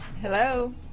Hello